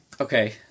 Okay